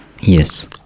Yes